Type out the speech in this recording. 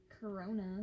corona